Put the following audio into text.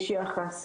יש יחס.